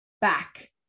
back